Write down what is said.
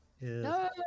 No